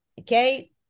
Okay